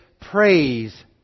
praise